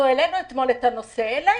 אנחנו העלינו את הנושא אתמול.